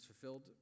fulfilled